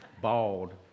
Bald